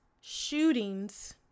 shootings